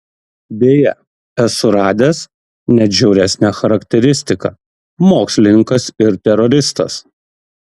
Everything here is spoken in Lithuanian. beje esu radęs net žiauresnę charakteristiką mokslininkas ir teroristas